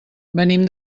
venim